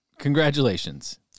Congratulations